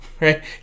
right